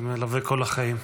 זה מלווה כל החיים.